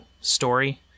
story